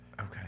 Okay